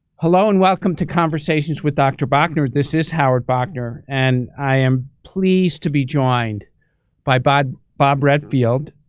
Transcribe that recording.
hello and welcome to conversations with dr. bauchner. this is howard bauchner and i am pleased to be joined by bob bob redfield,